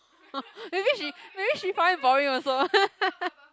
maybe she maybe she find boring also